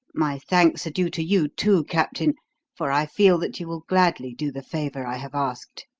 my thanks are due to you, too, captain for i feel that you will gladly do the favour i have asked.